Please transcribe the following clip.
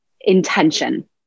intention